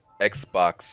Xbox